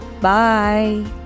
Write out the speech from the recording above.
Bye